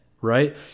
right